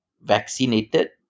vaccinated